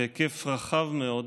בהיקף רחב מאוד,